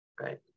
Right